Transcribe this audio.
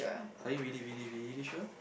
are you really really really sure